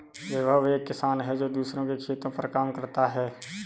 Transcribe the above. विभव एक किसान है जो दूसरों के खेतो पर काम करता है